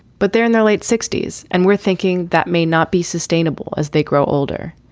but they're in their late sixty s and we're thinking that may not be sustainable as they grow older.